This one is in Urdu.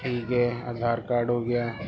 ٹھیک ہے آدھار کارڈ ہو گیا